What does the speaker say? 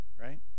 right